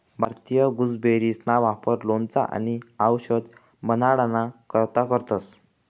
भारतीय गुसबेरीना वापर लोणचं आणि आवषद बनाडाना करता करतंस